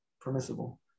permissible